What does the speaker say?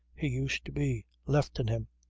he used to be, left in him.